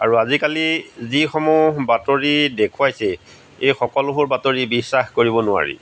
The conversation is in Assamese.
আৰু আজিকালি যিসমূহ বাতৰি দেখুৱাইছে এই সকলোবোৰ বাতৰি বিশ্বাস কৰিব নোৱাৰি